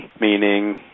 meaning